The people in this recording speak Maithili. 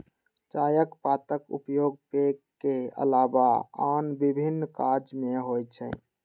चायक पातक उपयोग पेय के अलावा आन विभिन्न काज मे होइ छै